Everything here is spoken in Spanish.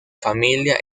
familia